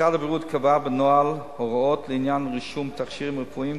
משרד הבריאות קבע בנוהל הוראות לעניין רישום תכשירים רפואיים,